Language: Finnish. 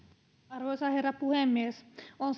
arvoisa herra puhemies on